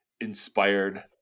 inspired